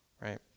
right